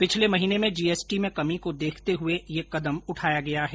पिछले महीने में जीएसटी में कमी को देखते हुए यह कदम उठाया गया है